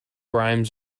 rhymes